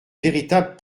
véritable